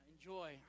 Enjoy